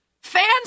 Fans